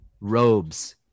robes